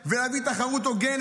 ונביא תחרות הוגנת,